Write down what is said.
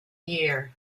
year